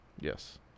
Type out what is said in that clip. Yes